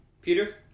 Peter